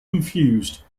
confused